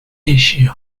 issue